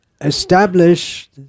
establish